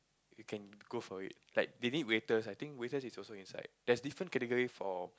you can go for it like maybe waiters I think waiters is also inside there's different category for